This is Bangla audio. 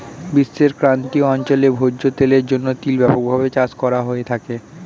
বিশ্বের ক্রান্তীয় অঞ্চলে ভোজ্য তেলের জন্য তিল ব্যাপকভাবে চাষ করা হয়ে থাকে